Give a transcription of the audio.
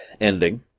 ending